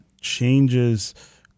changes